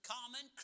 Common